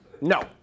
No